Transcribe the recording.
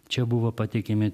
čia buvo pateikiami